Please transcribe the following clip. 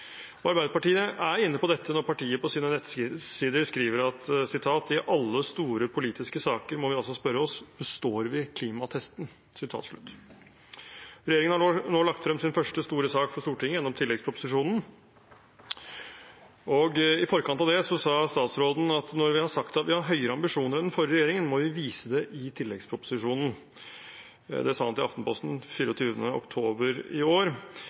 Arbeiderpartiet er inne på dette når partiet på sine nettsider skriver: «I alle store politiske saker må vi altså spørre oss: består vi klimatesten?» Regjeringen har nå lagt frem sin første store sak for Stortinget gjennom tilleggsproposisjonen. I forkant av det sa statsråden: «Når vi har sagt at vi har høyere klimaambisjoner enn den forrige regjeringen, må vi vise det i tilleggsproposisjonen». Dette sa han til Aftenposten 24. oktober i år,